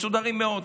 מסודרים מאוד.